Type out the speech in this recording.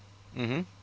mmhmm